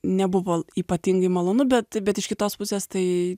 nebuvo ypatingai malonu bet bet iš kitos pusės tai